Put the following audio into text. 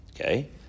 Okay